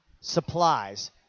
supplies